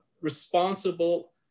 responsible